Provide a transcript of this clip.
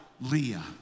Leah